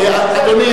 אדוני,